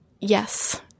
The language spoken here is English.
Yes